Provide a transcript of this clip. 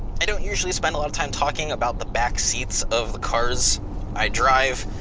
i don't usually spend a lot of time talking about the back seats of the cars i drive,